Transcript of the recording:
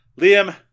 Liam